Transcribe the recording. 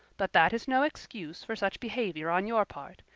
but that is no excuse for such behavior on your part.